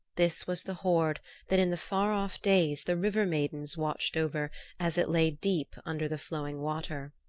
this was the hoard that in the far-off days the river-maidens watched over as it lay deep under the flowing water.